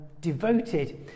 devoted